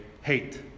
hate